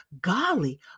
golly